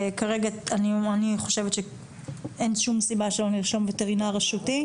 כרגע אני חושבת שאין שום סיבה שלא נרשום וטרינר רשותי.